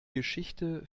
geschichte